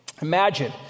Imagine